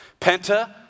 Penta